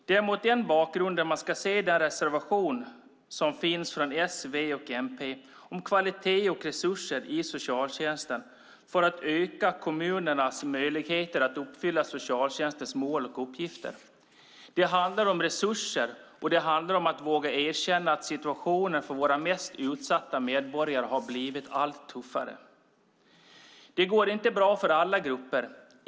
Det är mot den bakgrunden vi ska se den reservation som finns från S, V och MP om kvalitet och resurser i socialtjänsten för att öka kommunernas möjligheter att uppfylla socialtjänstens mål och uppgifter. Det handlar om resurser, och det handlar om att våga erkänna att situationen för våra mest utsatta medborgare har blivit allt tuffare. Det går inte bra för alla grupper.